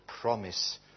promise